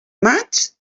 maig